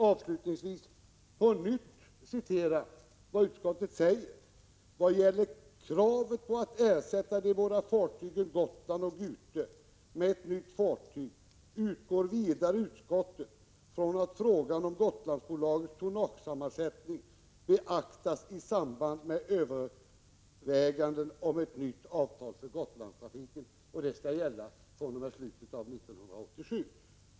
Avslutningsvis vill jag på nytt citera vad utskottet skriver: ” Vad gäller kravet på att ersätta de båda fartygen Gotland och Gute med ett nytt fartyg utgår vidare utskottet från att frågan om Gotlandsbolagets tonnagesammansättning beaktas i samband med överväganden om ett nytt avtal för Gotlandstrafiken.” Detta skall gälla från slutet av 1987.